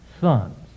sons